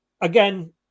again